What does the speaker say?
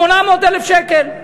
800,000 שקלים,